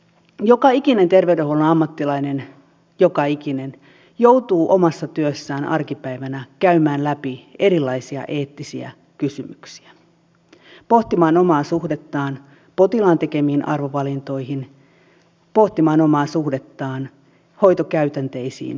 joka ikinen terveydenhuollon ammattilainen joka ikinen joutuu omassa työssään arkipäivänä käymään läpi erilaisia eettisiä kysymyksiä pohtimaan omaa suhdettaan potilaan tekemiin arvovalintoihin pohtimaan omaa suhdettaan hoitokäytänteisiin ja resursseihin